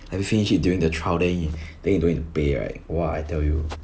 like we finish it during the trial then you then you don't need to pay right !wah! I tell you